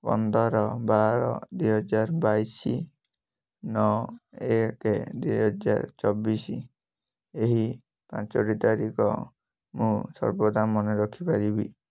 ପନ୍ଦର ବାର ଦୁଇହଜାର ବାଇଶ ନଅ ଏକ ଦୁଇହଜାର ଚବିଶ ଏହି ପାଞ୍ଚଟି ତାରିଖ ମୁଁ ସର୍ବଦା ମନେ ରଖିପାରିବି